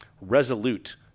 resolute